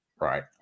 right